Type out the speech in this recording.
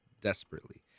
desperately